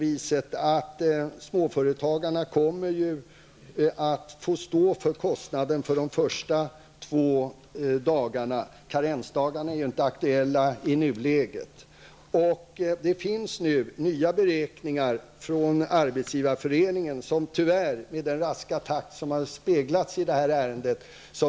Men småföretagarna kommer att få stå för kostnaden för de två första dagarna. Karensdagarna är ju inte aktuella i nuläget. Det finns nya beräkningar från Arbetsgivareföreningen, som tyvärr speglar den raska takt med vilken detta ärende har handlagts.